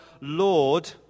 Lord